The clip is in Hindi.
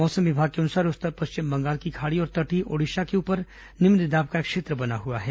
मौसम विभाग के अनुसार उत्तर पश्चिम बंगाल की खाड़ी और तटीय ओडिशा के ऊपर निम्न दाब का एक क्षेत्र बना हुआ है